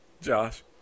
Josh